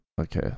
Okay